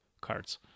cards